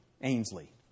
Ainsley